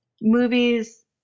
movies